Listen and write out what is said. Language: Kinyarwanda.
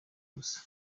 gusa